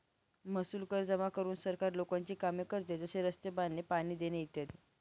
महसूल कर जमा करून सरकार लोकांची कामे करते, जसे रस्ते बांधणे, पाणी देणे इ